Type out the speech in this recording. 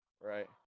right